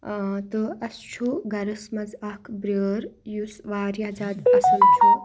تہٕ اَسہِ چھُ گَرَس منٛز اَکھ بیٲر یُس واریاہ زیادٕ اَصٕل چھُ